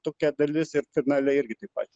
tokia dalis ir finale irgi taip pat